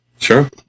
Sure